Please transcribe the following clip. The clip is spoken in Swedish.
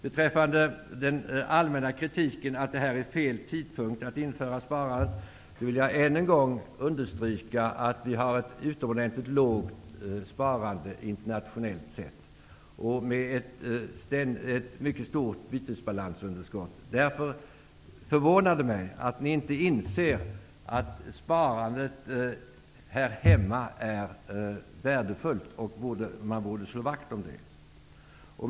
Beträffande den allmänna kritiken att det är fel tidpunkt att införa sparandet, vill jag än en gång understryka att vi har ett utomordentligt lågt sparande internationellt sett och ett mycket stort bytesbalansunderskott. Därför förvånar det mig att ni inte inser att sparandet här hemma är värdefullt och att man borde slå vakt om det. Fru talman!